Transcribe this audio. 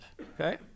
okay